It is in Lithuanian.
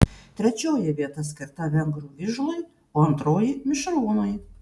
trečioji vieta skirta vengrų vižlui o antroji mišrūnui